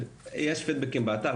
יש פידבקים באתר.